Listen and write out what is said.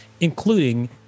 including